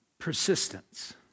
persistence